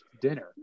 dinner